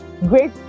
great